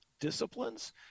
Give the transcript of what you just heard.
disciplines